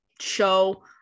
show